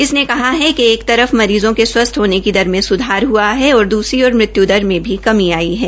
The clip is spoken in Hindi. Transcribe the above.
इसने कहा है कि एक तरफ मरीज़ों की स्वस्थ होने की दर में सुधार है दूसरी ओर मृत्यु दर में भी कमी आई है